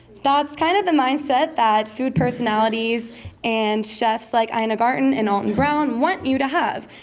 that's kind of the mindset that food personalities and chefs like ina garten and alton brown want you to have.